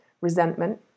resentment